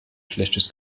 schlechtes